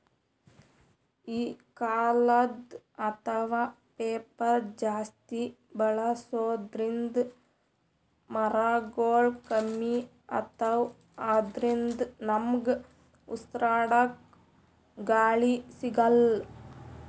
ಕಾಗದ್ ಅಥವಾ ಪೇಪರ್ ಜಾಸ್ತಿ ಬಳಸೋದ್ರಿಂದ್ ಮರಗೊಳ್ ಕಮ್ಮಿ ಅತವ್ ಅದ್ರಿನ್ದ ನಮ್ಗ್ ಉಸ್ರಾಡ್ಕ ಗಾಳಿ ಸಿಗಲ್ಲ್